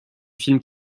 film